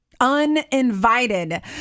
uninvited